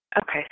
Okay